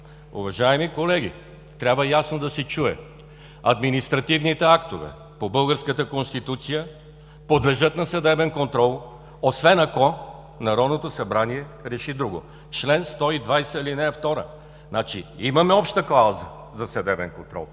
Уважаеми колеги, трябва ясно да се чуе. Административните актове по българската Конституция подлежат на съдебен контрол, освен ако Народното събрание реши друго. Член 120, ал. 2 – имаме обща клауза за съдебен контрол,